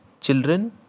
children